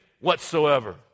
whatsoever